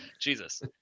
Jesus